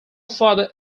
further